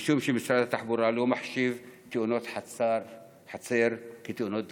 משום שמשרד התחבורה לא מחשיב תאונות חצר כתאונות דרכים.